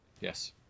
Yes